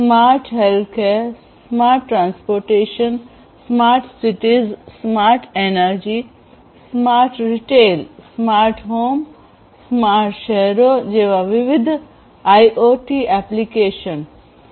smart health care smart transportation smart cities smart energy smart retail smart home smart શહેરો જેવા વિવિધ IOT application